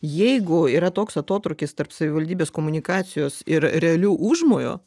jeigu yra toks atotrūkis tarp savivaldybės komunikacijos ir realių užmojų